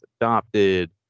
adopted